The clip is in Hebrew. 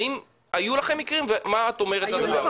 האם היו לכם מקרים ומה את אומרת על הדבר הזה?